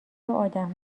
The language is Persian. آدم